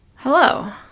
Hello